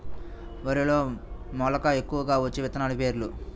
వరిలో మెలక ఎక్కువగా వచ్చే విత్తనాలు పేర్లు?